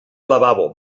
lavabo